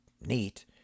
neat